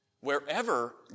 Wherever